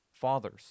Fathers